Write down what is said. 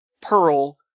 Pearl